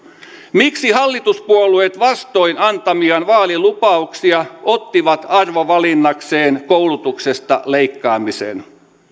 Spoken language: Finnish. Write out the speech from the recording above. miksi hallituspuolueet vastoin antamiaan vaalilupauksia ottivat arvovalinnakseen koulutuksesta leikkaamisen